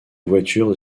voitures